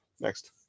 next